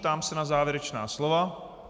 Ptám se na závěrečná slova.